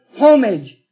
homage